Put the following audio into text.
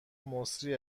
مسری